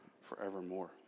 forevermore